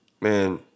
man